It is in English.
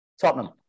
Tottenham